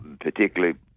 particularly